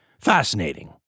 fascinating